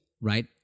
right